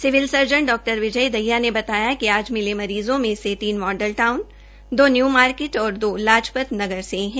civil surgeon डॉ विजय दहिया ने बताया कि आज मिले मरीज़ों में से तीन मॉडल टाऊन दो न्यू मार्केट और दो लाजपत नगर से है